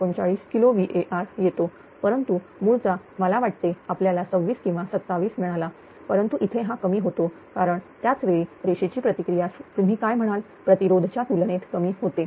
39 kilo VAr येतो परंतु मूळचा मला वाटते आपल्याला 26 किंवा 27 मिळाला परंतु इथे हा कमी होतो कारण त्याच वेळी रेषेची प्रतिक्रिया तुम्ही काय म्हणाल प्रतिरोध च्या तुलनेत कमी होते